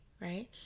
right